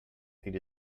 need